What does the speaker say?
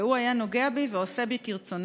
והוא היה נוגע בי ועושה בי כרצונו,